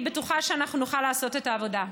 אני בטוחה שאנחנו נוכל לעשות את העבודה.